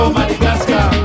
Madagascar